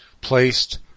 placed